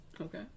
Okay